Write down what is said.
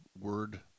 word